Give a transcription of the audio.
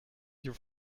you